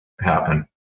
happen